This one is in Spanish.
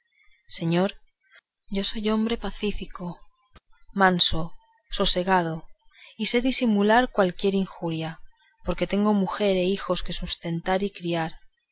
señor yo soy hombre pacífico manso sosegado y sé disimilar cualquiera injuria porque tengo mujer y hijos que sustentar y criar